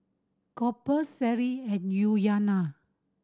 Cooper Sheri and Yuliana